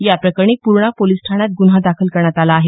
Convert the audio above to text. याप्रकरणी पूर्णा पोलिस ठाण्यात गुन्हा दाखल करण्यात आला आहे